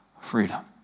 freedom